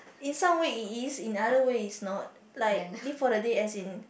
in some way it is in other way it's not like live for the day as in